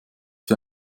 für